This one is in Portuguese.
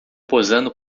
posando